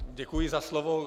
Děkuji za slovo.